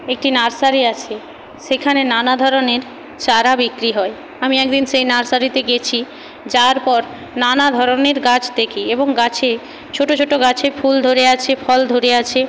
একটি নার্সারি আছে সেখানে নানা ধরনের চারা বিক্রি হয় আমি এক দিন সেই নার্সারিতে গিয়েছি যার পর নানা ধরনের গাছ দেখে এবং গাছে ছোট ছোট গাছে ফুল ধরে আছে ফল ধরে আছে